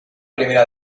primera